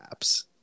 apps